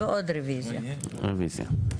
רביזיה.